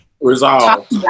resolved